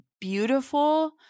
beautiful